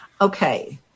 Okay